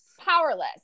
powerless